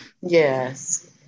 Yes